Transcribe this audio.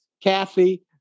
Kathy